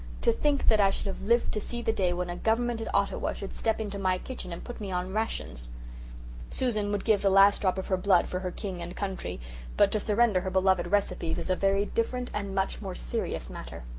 to think that i should have lived to see the day when a government at ottawa should step into my kitchen and put me on rations susan would give the last drop of her blood for her king and country but to surrender her beloved recipes is a very different and much more serious matter.